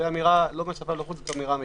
זה לא מן השפה ולחוץ, זו אמירה אמיתית.